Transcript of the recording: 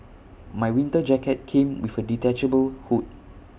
my winter jacket came with A detachable hood